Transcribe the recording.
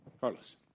Carlos